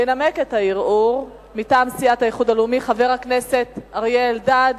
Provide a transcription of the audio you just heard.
ינמק את הערעור מטעם סיעת האיחוד הלאומי חבר הכנסת אריה אלדד.